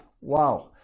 Wow